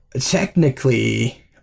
technically